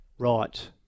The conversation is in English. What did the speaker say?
Right